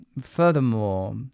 furthermore